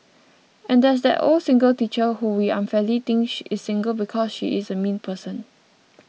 and there's that old single teacher who we unfairly think is single because she's a mean person